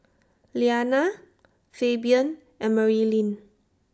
Liana Fabian and Marilyn